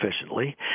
efficiently